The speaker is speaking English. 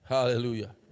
Hallelujah